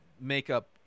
makeup